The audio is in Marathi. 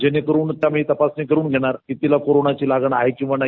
जेणे करून आम्ही तपासणी करून घेणार की तिला कोरोनाची लागण आहे किंवा नाही